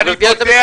תודה רבה.